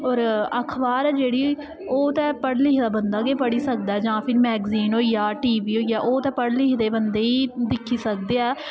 होर अखबार ऐ जेह्ड़ी ओह् ते पढ़े लिखे दा बंदा गै पढ़ी सकदा ऐ जां फिर मैगजीन होई गेआ टी वी होई गेआ ओह् ते पढ़े लिखे दे गै बंदे दिक्खी सकदे ऐ